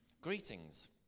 greetings